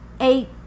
eight